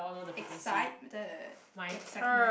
excite the excitement